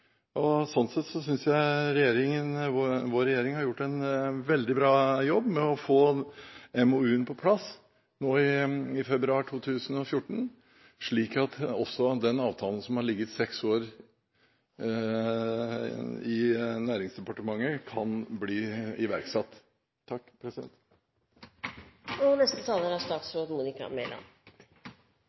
gå. Sånn sett synes jeg regjeringen vår har gjort en veldig bra jobb med å få MoU-en på plass nå i februar 2014, slik at også den avtalen som har ligget seks år i Næringsdepartementet, kan bli